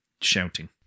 shouting